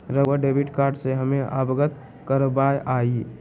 रहुआ debit card से हमें अवगत करवाआई?